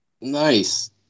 Nice